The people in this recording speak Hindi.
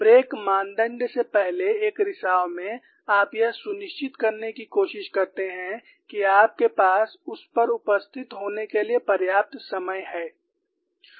ब्रेक मानदंड से पहले एक रिसाव में आप यह सुनिश्चित करने की कोशिश करते हैं कि आपके पास उस पर उपस्थित होने के लिए पर्याप्त समय है